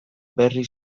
berri